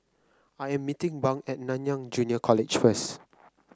I am meeting Bunk at Nanyang Junior College first